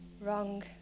wrong